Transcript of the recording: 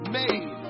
made